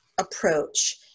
approach